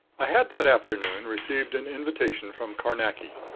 i had that afternoon received an invitation from carnacki.